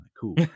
cool